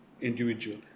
individual